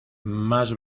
más